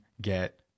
get